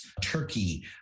Turkey